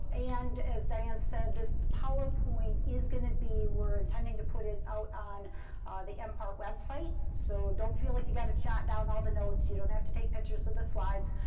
and as diane said, this powerpoint is is going to be, we're intending to put it out on the mpart website, so don't feel like you've got to jot down all the notes, you don't have to take pictures of the slides.